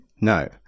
no